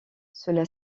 cela